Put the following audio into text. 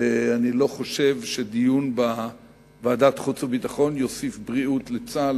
ואני לא חושב שדיון בוועדת החוץ והביטחון יוסיף בריאות לצה"ל,